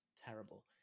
terrible